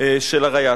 של הריי"צ.